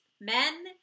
men